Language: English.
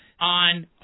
on